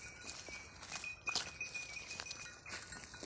ರೈತ ಬೆಳೆ ಸಾಲ ಯೋಜನೆ ಯಾರಿಗೆ ಉಪಯೋಗ ಆಕ್ಕೆತಿ?